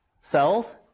cells